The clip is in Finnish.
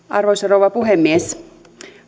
arvoisa rouva puhemies